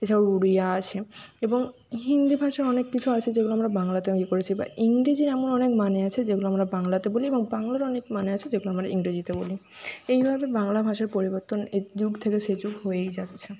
এছাড়াও উড়িয়া আছে এবং হিন্দি ভাষাও অনেক কিছু আছে যেগুলো আমরা বাংলাতেও ইয়ে করেছি বা ইংরেজির এমন অনেক মানে আছে যেগুলো আমরা বাংলাতে বলি এবং বাংলারও অনেক মানে আছে যেগুলো আমরা ইংরেজিতে বলি এই ভাবে বাংলা ভাষার পরিবর্তন এ যুগ থেকে সে যুগ হয়েই যাচ্ছে